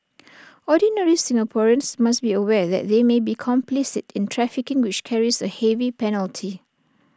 ordinary Singaporeans must be aware that they may be complicit in trafficking which carries A heavy penalty